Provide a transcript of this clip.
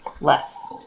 less